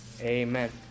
amen